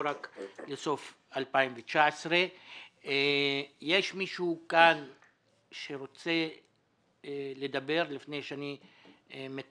רק לסוף 2019. יש עוד מישהו שרוצה לדבר לפני שאני אסכם?